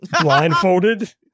blindfolded